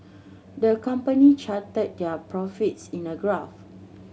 the company charted their profits in a graph